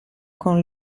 con